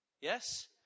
Yes